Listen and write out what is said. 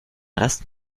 rest